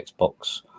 Xbox